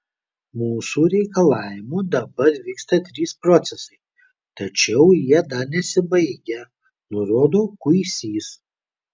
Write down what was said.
mūsų reikalavimu dabar vyksta trys procesai tačiau jie dar nesibaigę nurodo kuisys